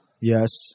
Yes